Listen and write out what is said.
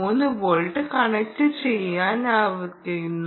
3 volt connect ചെയ്യാനനുവദിക്കുന്നു